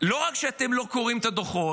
לא רק שאתם לא קוראים את הדוחות,